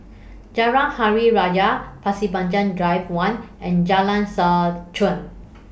Jalan Hari Raya Pasir Panjang Drive one and Jalan Seh Chuan